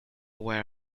wear